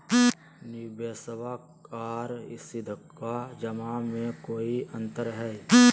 निबेसबा आर सीधका जमा मे कोइ अंतर हय?